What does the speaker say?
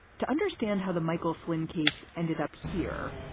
to understand how the michael flynn case ended up here,